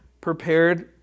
prepared